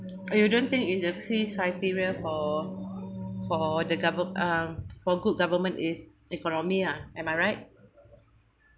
you don't think is a key criteria for for the govern~ uh for good government is economy lah am I right